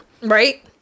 right